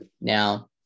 now